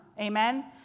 Amen